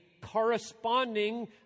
corresponding